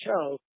Show